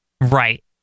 Right